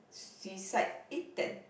suicide eh that